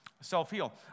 self-heal